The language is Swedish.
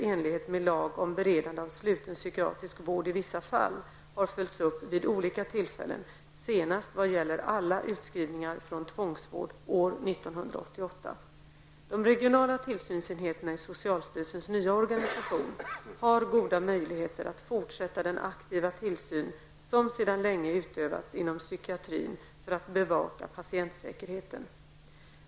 om beredande av sluten psykiatrisk vård i vissa fall har följts upp vid olika tillfällen, senast vad gäller alla utskrivningar från tvångsvård år De regionala tillsynsenheterna i socialstyrelsens nya organisation har goda möjligheter att fortsätta den aktiva tillsyn som sedan länge utövats inom psykiatrin för att bevaka patientsäkerheten.